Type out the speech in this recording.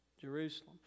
Jerusalem